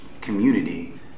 community